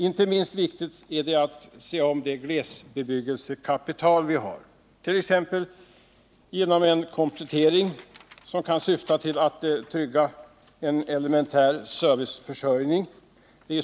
Inte minst viktigt är det att se om det glesbebyggelsekapital vi har — t.ex. genom en komplettering som kan syfta till att trygga en elementär serviceförsörjning.